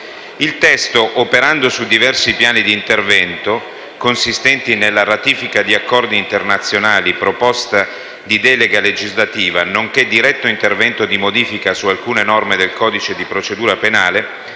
Il testo, operando su diversi piani di intervento consistenti nella ratifica di Accordi internazionali, in una proposta di delega legislativa nonché in un diretto intervento di modifica su alcune norme del codice di procedura penale,